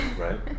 right